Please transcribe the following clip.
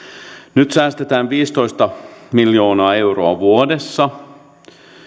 nyt säästetään viisitoista miljoonaa euroa vuodessa ja